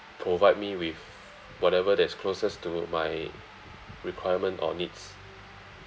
provide me with whatever that's closest to my requirement or needs